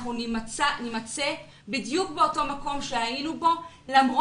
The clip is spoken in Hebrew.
אנחנו נימצא בדיוק באותו מקום בו היינו למרות